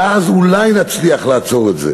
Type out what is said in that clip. ואז אולי נצליח לעצור את זה.